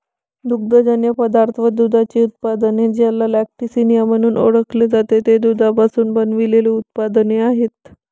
दुग्धजन्य पदार्थ व दुधाची उत्पादने, ज्याला लॅक्टिसिनिया म्हणून ओळखते, ते दुधापासून बनविलेले उत्पादने आहेत